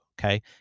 Okay